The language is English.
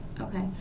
Okay